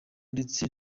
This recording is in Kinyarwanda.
ndetse